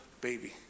baby